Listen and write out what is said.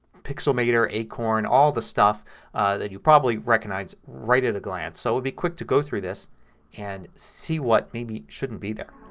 pixelmator, acorn. all the stuff that you probably recognize right at a glance. so it will be quick to go through this and see what, maybe, shouldn't be there.